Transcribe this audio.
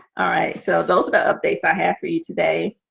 alright so those are the updates i have for you today